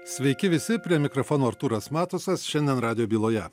sveiki visi prie mikrofono artūras matusas šiandien rado byloje